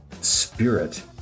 spirit